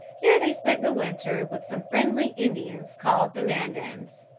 here they spent the winter with some friendly indians called the mandans.